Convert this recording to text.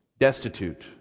destitute